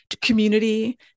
community